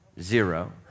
zero